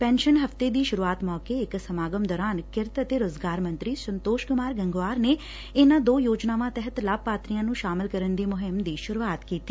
pension ਹਫ਼ਤੇ ਦੀ ਸੁਰੁਆਤ ਮੌਕੇ ਇਕ ਸਮਾਗਮ ਦੌਰਾਨ ਕਿਰਤ ਅਤੇ ਰੋਜ਼ਗਾਰ ਮੰਤਰੀ ਸੰਤੋਸ਼ ਕੁਮਾਰ ਗੰਗਵਾਰ ਨੇ ਇਨਾਂ ਦੋ ਯੋਜਨਾਵਾਂ ਤਹਿਤ ਲਾਭਪਾਤਰੀਆਂ ਨੂੰ ਸ਼ਾਮਲ ਕਰਨ ਦੀ ਮੁਹਿੰਮ ਦੀ ਸੁਰੂਆਤ ਕੀਡੀ